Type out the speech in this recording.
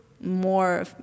more